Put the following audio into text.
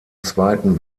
zweiten